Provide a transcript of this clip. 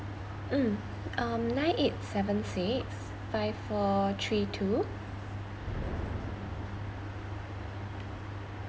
mm um nine eight seven six five four three two